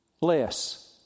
less